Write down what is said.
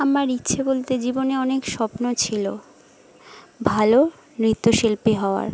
আমার ইচ্ছে বলতে জীবনে অনেক স্বপ্ন ছিল ভালো নৃত্যশিল্পী হওয়ার